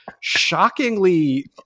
shockingly